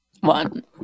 one